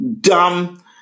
Dumb